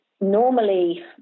normally